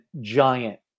giant